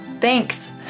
Thanks